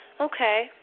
Okay